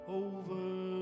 over